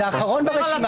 זה האחרון ברשימה.